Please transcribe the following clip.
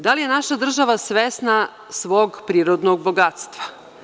Da li je naša država svesna svog prirodnog bogatstva?